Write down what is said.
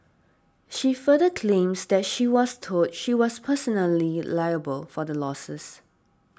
she further claims that she was told she was personally liable for the losses